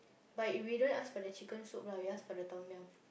but if we don't ask for the chicken soup lah we ask for the tom-yum